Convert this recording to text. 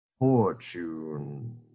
Fortune